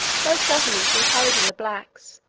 both governments encouraging the blacks,